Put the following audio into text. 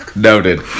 Noted